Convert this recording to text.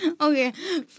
Okay